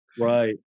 Right